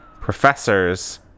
professors